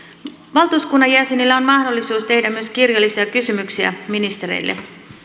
valtuuskunnan jäsenillä on mahdollisuus tehdä myös kirjallisia kysymyksiä ministereille